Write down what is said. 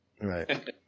Right